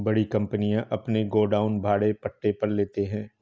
बड़ी कंपनियां अपने गोडाउन भाड़े पट्टे पर लेते हैं